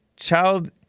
Child